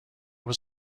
was